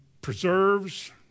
preserves